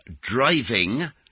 driving